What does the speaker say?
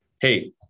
hey